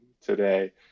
today